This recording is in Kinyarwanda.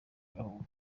gahunga